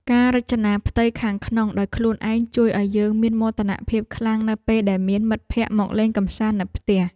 ការរចនាផ្ទៃខាងក្នុងដោយខ្លួនឯងជួយឱ្យយើងមានមោទនភាពខ្លាំងនៅពេលដែលមានមិត្តភក្តិមកលេងកម្សាន្តនៅផ្ទះ។